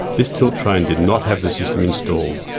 this tilt train did not have the system installed.